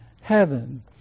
heaven